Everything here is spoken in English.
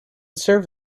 serve